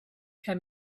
can